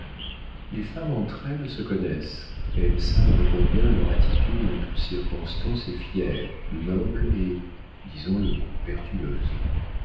les femmes entre elles se connaissent elles savent combien leur attitude en toute circonstance est fière noble et disons-le vertueuse